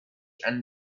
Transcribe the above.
and